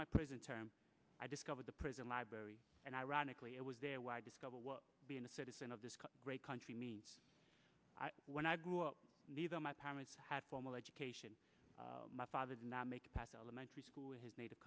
my prison term i discovered the prison library and ironically it was there why discover what being a citizen of this great country means when i grew up neither my parents had formal education my father did not make past elementary school in his native